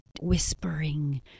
whispering